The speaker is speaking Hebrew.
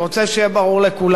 בבקשה,